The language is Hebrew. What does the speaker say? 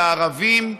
לערבים,